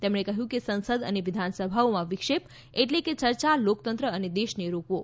તેમણે કહ્યું કે સંસદ અને વિધાનસભાઓમાં વિક્ષેપ મતલબ કે ચર્ચા લોકતંત્ર અને દેશને રોકવો